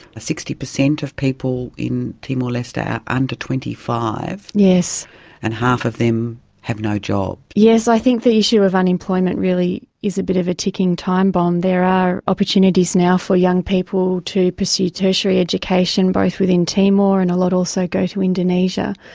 sixty percent of people in timor-leste are under twenty five, and half of them have no job. yes, i think the issue of unemployment really is a bit of a ticking time bomb. there are opportunities now for young people to pursue tertiary education, both within timor and a lot also go to indonesia.